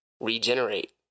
regenerate